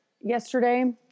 yesterday